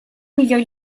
milioi